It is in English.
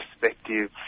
perspective